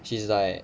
she's like